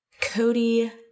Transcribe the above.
Cody